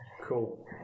Cool